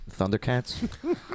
Thundercats